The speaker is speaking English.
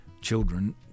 children